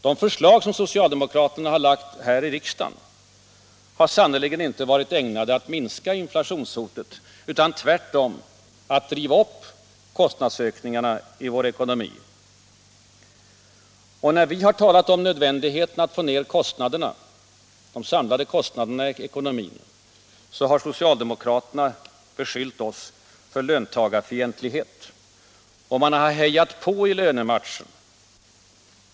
De förslag som socialdemokraterna har lagt fram här i riksdagen har sannerligen inte varit ägnade att minska inflationshotet utan tvärtom att driva upp kostnadsökningarna i vår ekonomi. När vi har talat om nödvändigheten av att få ned de samlade kostnaderna i ekonomin, har socialdemokraterna beskyllt oss för löntagarfientlighet, och man har hejat på i lönematchen.